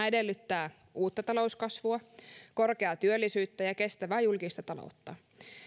edellyttää uutta talouskasvua korkeaa työllisyyttä ja kestävää julkista taloutta